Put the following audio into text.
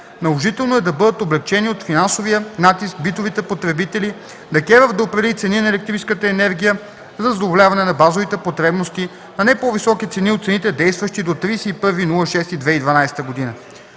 Наложително е бъдат облекчени от финансовия натиск битовите потребители, ДКЕВР да определи цени на електрическата енергия за задоволяване на базовите потребности на не по-високи цени от цените, действащи до 31.06.2012 г.